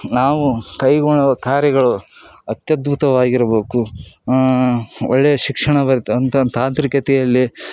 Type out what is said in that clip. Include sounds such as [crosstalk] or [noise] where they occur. ನಾವು [unintelligible] ಕಾರಿಗಳು ಅತ್ಯದ್ಭುತವಾಗಿರಬೇಕು ಒಳ್ಳೆಯ ಶಿಕ್ಷಣ ಬರಿತಂತ ತಾಂತ್ರಿಕತೆಯಲ್ಲಿ